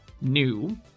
new